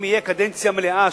אם תהיה קדנציה מלאה,